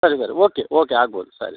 ಸರಿ ಸರಿ okay okay ಆಗ್ಬೋದು ಸರಿ